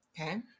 Okay